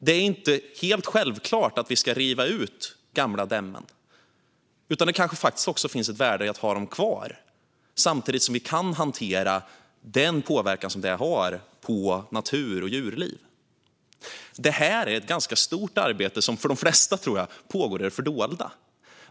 Det är inte helt självklart att vi ska riva gamla dämmen. Det kanske finns ett värde i att ha dem kvar samtidigt som vi kan hantera den påverkan som det har på natur och djurliv. Detta är ett ganska stort arbete som för de flesta, tror jag, pågår i det fördolda.